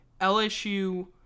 LSU